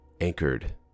anchored